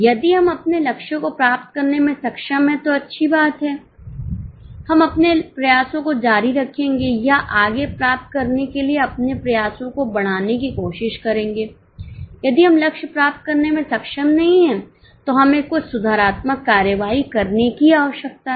यदि हम अपने लक्ष्यों को प्राप्त करने में सक्षम हैं तोअच्छी बात है हम अपने प्रयासों को जारी रखेंगे या आगे प्राप्त करने के लिए अपने प्रयासों को बढ़ाने की कोशिश करेंगे यदि हम लक्ष्य प्राप्त करने में सक्षम नहीं हैं तो हमें कुछ सुधारात्मक कार्रवाई करने की आवश्यकता है